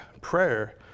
prayer